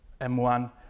M1